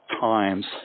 times